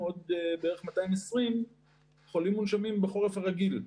עוד בערך 220 חולים מונשמים בחורף רגיל.